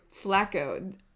Flacco